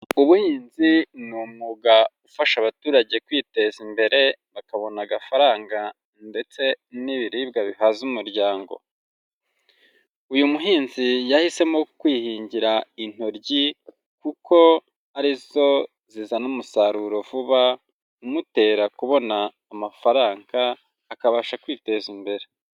Ubuhinzi ni umwuga ufasha abaturage kwiteza imbere, bakabona agafaranga ndetse n'ibiribwa bihaza umuryango. Uyu muhinzi yahisemo kwihingira intoryi, kuko ari zo zizana umusaruro vuba, umutera kubona amafaranga akabasha kwiteza imbere.